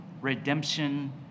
redemption